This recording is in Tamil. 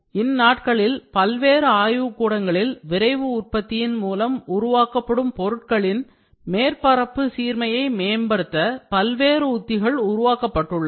இந்நாட்களில் பல்வேறு ஆய்வுக்கூடங்களில் விரைவு உற்பத்தியின் மூலம் உருவாக்கப்படும் பொருட்களின் மேற்பரப்பு சீர்மையை மேம்படுத்த பல்வேறு உத்திகள் உருவாக்கப்பட்டுள்ளன